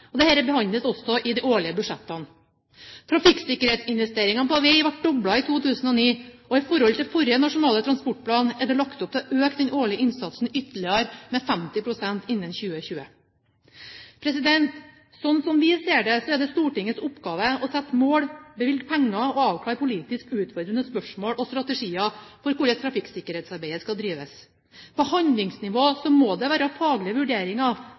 og dette behandles også i de årlige budsjettene. Trafikksikkerhetsinvesteringene på vei ble doblet i 2009, og i forhold til forrige nasjonale transportplan er det lagt opp til å øke den årlige innsatsen ytterligere med 50 pst. innen 2020. Slik vi ser det, er det Stortingets oppgave å sette mål, bevilge penger og avklare politisk utfordrende spørsmål og strategier for hvordan trafikksikkerhetsarbeidet skal drives. På handlingsplannivå må det være faglige vurderinger